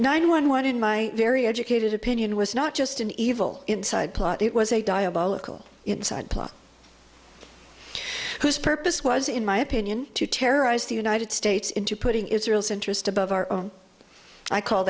nine one one in my very educated opinion it was not just an evil inside plot it was a diabolical inside plot whose purpose was in my opinion to terrorize the united states into putting israel's interests above our own i call